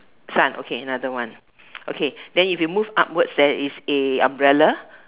sun okay another one okay then if you move upwards there is a umbrella